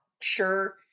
sure